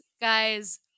guys